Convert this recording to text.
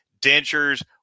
dentures